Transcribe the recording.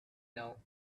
know